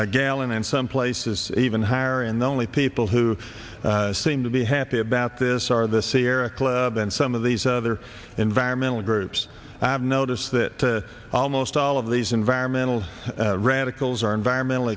a gallon in some places even higher and the only people who seem to be happy about this are the sierra club and some of these other environmental groups and i've noticed that almost all of these environmental radicals are environmental